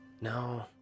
no